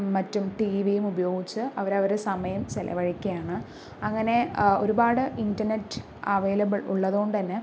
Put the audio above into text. മറ്റും ടി വിയും ഉപയോഗിച്ച് അവര് അവരുടെ സമയം ചിലവഴിക്കുകയാണ് അങ്ങനെ ഒരുപാട് ഇന്റര്നെറ്റ് അവൈലബിള് ഉള്ളത് കൊണ്ട് തന്നെ